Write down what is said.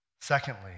Secondly